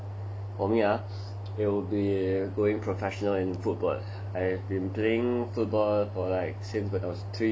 for me ah it will be going professional in football I have been playing football for like since I was three years old